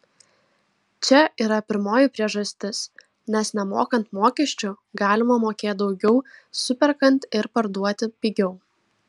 čia yra pirmoji priežastis nes nemokant mokesčių galima mokėt daugiau superkant ir parduoti pigiau